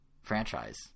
franchise